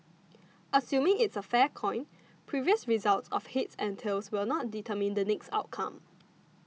assuming it's a fair coin previous results of heads and tails will not determine the next outcome